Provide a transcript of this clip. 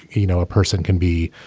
you know, a person can be